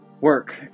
work